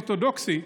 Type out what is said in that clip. אורתודוקסי,